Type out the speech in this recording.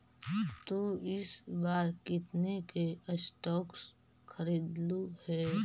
तु इस बार कितने के स्टॉक्स खरीदलु हे